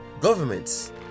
governments